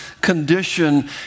condition